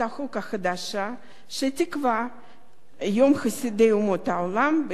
שתקבע יום חסידי אומות העולם ב-27 בינואר.